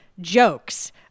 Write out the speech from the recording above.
jokes